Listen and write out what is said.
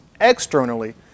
externally